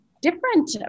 different